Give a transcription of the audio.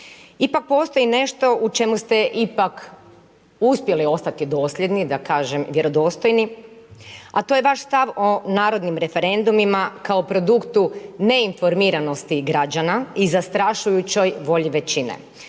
Ipak postoji nešto u čemu ste ipak uspjeli ostati dosljedni, da kažem vjerodostojni, a to je vaš stav o narodnim referendumima kao produktu neinformiranosti građana i zastrašujućoj volji većine.